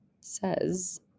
says